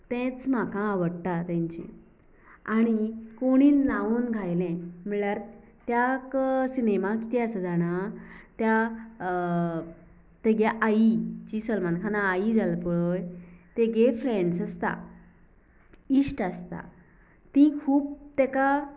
तेंच म्हाका आवडटा तेंचें आनी कोणीन लावून घायले म्हणल्यार त्या सिनेमा किदें आसा जाणा त्या तेगे आई जी सलमान खाना आई जाल्या पळय तेगे फेंड्रस आसता इश्ट आसता ती खूब तेका